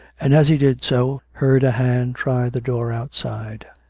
and, as he did so, heard a hand try the door outside.